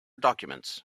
documents